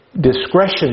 discretion